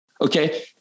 Okay